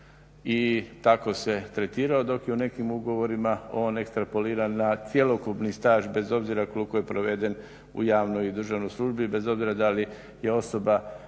i tako se tretirao. Dok je u nekim ugovorima on ekstrapoliran na cjelokupni staž bez obzira koliko je proveden u javnoj i državnoj službi i bez obzira da li je osoba